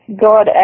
God